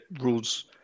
rules